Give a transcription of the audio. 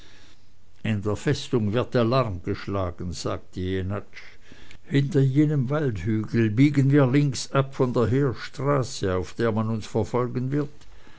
in der festung wird alarm geschlagen sagte jenatsch hinter jenem waldhügel biegen wir links ab von der heerstraße auf der man uns verfolgen wird